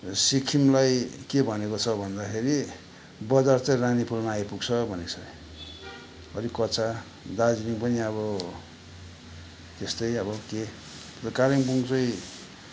सिक्किमलाई के भनेको छ भन्दाखेरि बजार चाहिँ रानीपुलमा आइपुग्छ भनेको छ अरे अलिक कच्चा दार्जिलिङ पनि अब त्यस्तै अब के र कालिम्पोङ चाहिँ